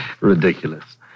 Ridiculous